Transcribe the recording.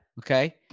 Okay